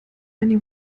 many